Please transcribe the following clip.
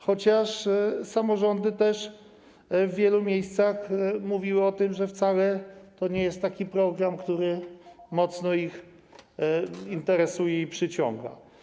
Chociaż samorządy też w wielu miejscach mówiły o tym, że to wcale nie jest program, który mocno ich interesuje i przyciąga.